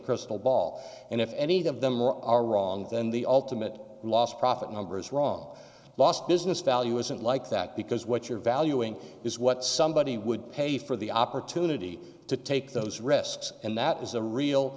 crystal ball and if any of them are all wrong then the ultimate loss profit numbers wrong lost business value isn't like that because what you're valuing is what somebody would pay for the opportunity to take those risks and that is a real